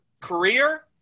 career